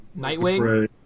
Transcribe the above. Nightwing